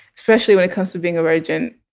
especially when it comes to being a virgin